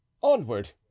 onward